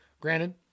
Granted